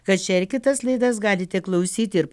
kad šią ir kitas laidas galite klausyti ir